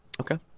Okay